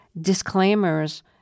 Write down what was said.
disclaimers